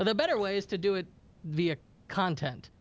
and better way is to do it via content.